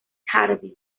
hardy